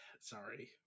sorry